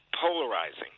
polarizing